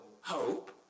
hope